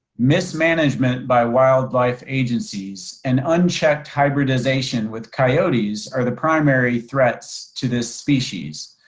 mismanagement by wildlife agencies, and unchecked hybridization with coyotes are the primary threats to this species.